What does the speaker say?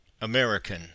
American